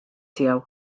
tiegħu